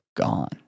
gone